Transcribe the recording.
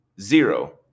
Zero